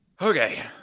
Okay